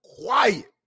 quiet